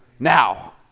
Now